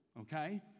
okay